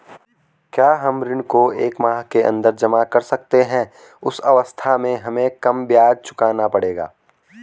क्या हम ऋण को एक माह के अन्दर जमा कर सकते हैं उस अवस्था में हमें कम ब्याज चुकाना पड़ेगा?